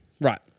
right